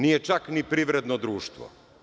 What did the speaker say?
Nije čak ni privredno društvo.